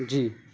جی